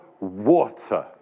water